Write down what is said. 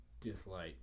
dislike